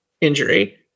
injury